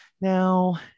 now